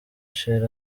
cher